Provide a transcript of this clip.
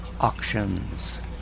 auctions